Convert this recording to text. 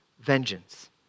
vengeance